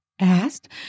asked